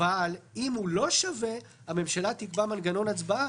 אבל אם הוא לא שווה אז הממשלה תקבע מנגנון הצבעה